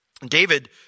David